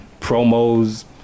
promos